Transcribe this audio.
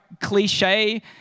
cliche